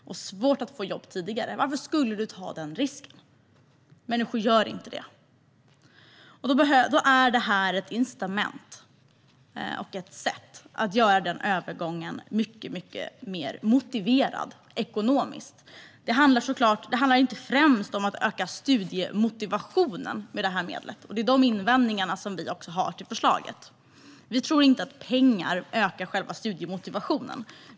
Varför skulle man ta den risken? Människor gör inte det. Detta är ett incitament och ett sätt att göra denna övergång mycket mer motiverad ekonomiskt. Det handlar inte främst om att öka studiemotivationen med det här medlet, vilket är den invändning som vi har mot förslaget. Vi tror inte att pengar ökar själva studiemotivationen.